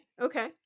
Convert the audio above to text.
Okay